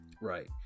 Right